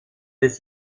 des